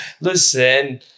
Listen